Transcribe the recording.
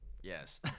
Yes